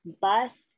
bus